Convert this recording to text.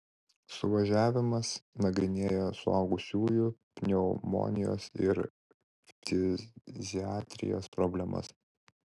suvažiavimas nagrinėjo suaugusiųjų pneumonijos ir ftiziatrijos problemas